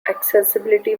accessibility